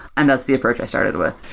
and that's the approach i started with.